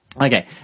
Okay